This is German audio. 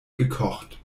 gekocht